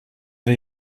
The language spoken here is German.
wir